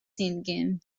singing